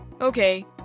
Okay